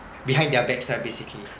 behind their backs lah basically